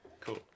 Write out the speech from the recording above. Cool